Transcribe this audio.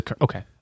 okay